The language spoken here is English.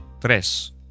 tres